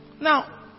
Now